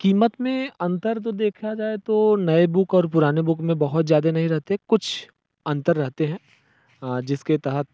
कीमत में अंतर तो देखा जाए तो नए बुक और पुराने बुक में बहुत ज़्यादा नहीं रहते कुछ अंतर रहते हैं जिसके तहत